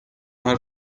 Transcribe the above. her